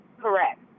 Correct